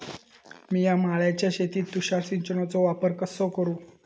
मिया माळ्याच्या शेतीत तुषार सिंचनचो वापर कसो करू?